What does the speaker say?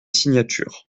signatures